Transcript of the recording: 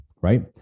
Right